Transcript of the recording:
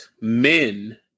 men